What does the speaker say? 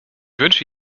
wünsche